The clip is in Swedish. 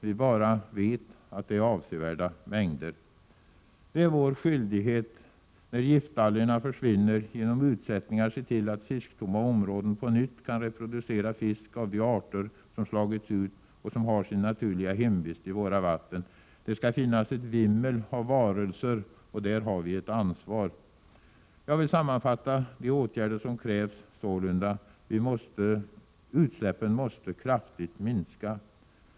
Vi vet bara att det är avsevärda mängder. Det är vår skyldighet att, när giftalgerna försvinner, genom utsättningar se till att fisktomma områden på nytt kan reproducera fisk av de arter som slagits ut och som har sin naturliga hemvist i våra vatten. Det skall finnas ett vimmel av varelser, och där har vi ett ansvar. Jag vill sammanfatta de åtgärder som krävs sålunda: Utsläppen måste kraftigt minska.